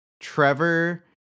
Trevor